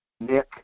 Nick